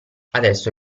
adesso